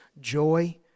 joy